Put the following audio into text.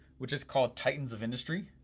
which is called titans of industry.